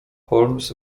holmes